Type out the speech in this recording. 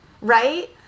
right